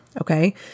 Okay